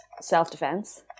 self-defense